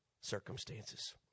circumstances